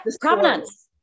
provenance